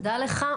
תדע לך.